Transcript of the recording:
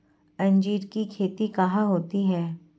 अंजीर की खेती कहाँ होती है?